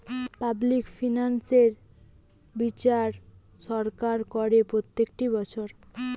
public finance এর বিচার সরকার করে প্রত্যেকটি বছর